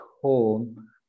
home